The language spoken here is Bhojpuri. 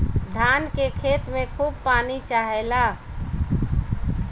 धान के खेत में खूब पानी चाहेला